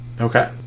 Okay